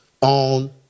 on